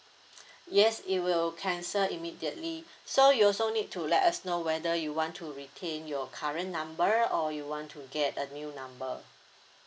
yes it will cancel immediately so you also need to let us know whether you want to retain your current number or you want to get a new number